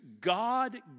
God